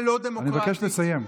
מבקש להתחיל לסיים.